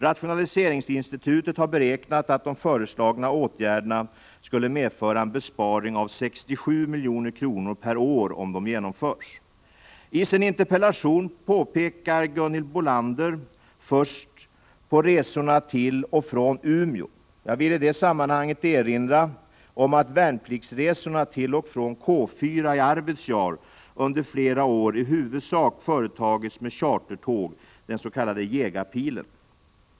Rationaliseringsinstitutet har beräknat att de föreslagna åtgärderna skulle medföra en besparing av ca 67 milj.kr. per år om de genomförs. I sin interpellation pekar Gunhild Bolander först på resorna till och från Umeå. Jag vill i det sammanhanget erinra om att värnpliktsresorna till och från K 4i Arvidsjaur under flera år företagits i huvudsak med chartertåg, den s.k. Jägarpilen.